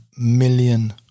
million